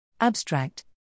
Abstract